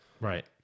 Right